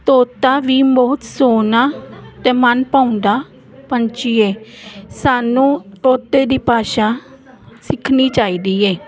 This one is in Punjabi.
ਤੋਤਾ ਵੀ ਬਹੁਤ ਸੋਹਣਾ ਅਤੇ ਮਨ ਭਾਉਂਦਾ ਪੰਛੀ ਹੈ ਸਾਨੂੰ ਤੋਤੇ ਦੀ ਭਾਸ਼ਾ ਸਿੱਖਣੀ ਚਾਹੀਦੀ ਹੈ